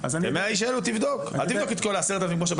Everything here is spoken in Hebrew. אל תבדוק את כל ה-10,000 כמו שבדקת עד 2009. י.ש.: ככל שמוצע שאנחנו